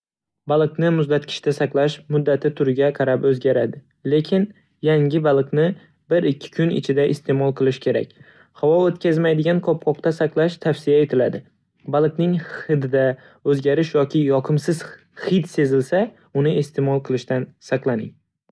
Baliqni muzlatgichda saqlash muddati turiga qarab o'zgaradi, lekin yangi baliqni bir-ikki kun ichida iste'mol qilish kerak. Havo o'tkazmaydigan qopqoqda saqlash tavsiya etiladi. Baliqning hidida o'zgarish yoki yoqimsiz hid sezilsa, uni iste'mol qilishdan saqlaning.